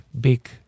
big